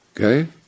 okay